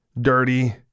dirty